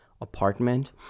apartment